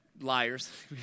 Liars